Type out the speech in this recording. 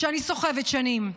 שאני סוחבת שנים.